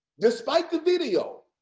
despite the video,